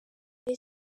none